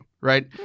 Right